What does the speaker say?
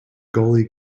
gully